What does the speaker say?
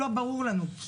לא ברור לנו.